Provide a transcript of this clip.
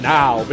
now